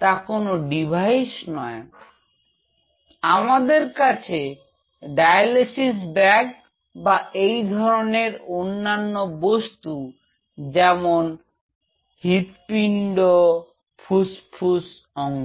তা কোন ডিভাইস নয় আমাদের কাছে ডায়ালাইসিস ব্যাগ বা এই ধরনের অন্যান্য বস্তু যেমন হৃদপিণ্ড ফুসফুস অঙ্গ